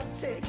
take